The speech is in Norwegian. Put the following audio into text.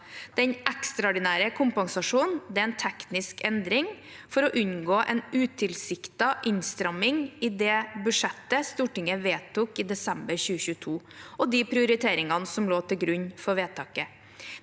Den ekstraordinære kompensasjonen er en teknisk endring for å unngå en utilsiktet innstramning i det budsjettet Stortinget vedtok i desember 2022, og de prioriteringene som lå til grunn for vedtaket.